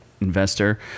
investor